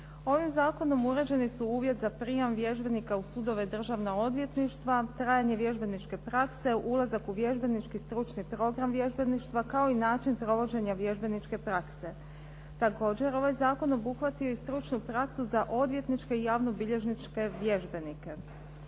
Ovim zakonom uređeni su uvjeti za prijam vježbenika u sudove i državna odvjetništva, trajanje vježbeničke prakse, ulazak u vježbenički stručni program vježbeništva, kao i način provođenja vježbeničke prakse. Također ovaj zakon obuhvatio je i stručnu praksu za odvjetničke i javnobilježničke vježbenike.